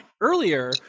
earlier